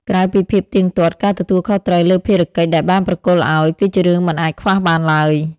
ក្រៅពីភាពទៀងទាត់ ការទទួលខុសត្រូវលើភារកិច្ចដែលបានប្រគល់ឲ្យ គឺជារឿងមិនអាចខ្វះបានឡើយ។